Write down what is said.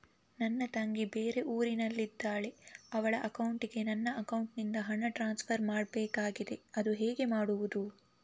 ನನ್ನ ತಂಗಿ ಬೇರೆ ಊರಿನಲ್ಲಿದಾಳೆ, ಅವಳ ಅಕೌಂಟಿಗೆ ನನ್ನ ಅಕೌಂಟಿನಿಂದ ಹಣ ಟ್ರಾನ್ಸ್ಫರ್ ಮಾಡ್ಬೇಕಾಗಿದೆ, ಅದು ಹೇಗೆ ಮಾಡುವುದು?